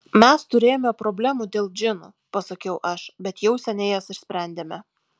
mes turėjome problemų dėl džinų pasakiau aš bet jau seniai jas išsprendėme